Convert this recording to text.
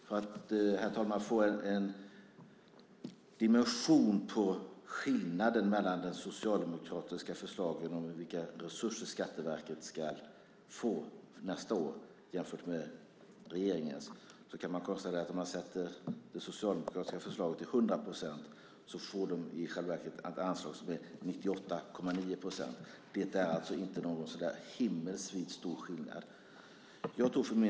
För att få en dimension på skillnaden mellan de socialdemokratiska förslagen om vilka resurser Skatteverket ska få nästa år jämfört med regeringens förslag, kan man konstatera att om det socialdemokratiska förslaget är 100 procent får Skatteverket ett anslag som är 98,9 procent. Det är ingen så där himmelsvid stor skillnad.